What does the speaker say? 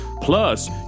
plus